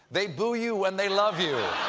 they boo you when they love you.